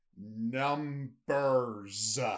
numbers